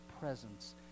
presence